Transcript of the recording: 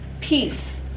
peace